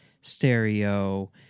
stereo